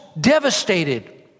devastated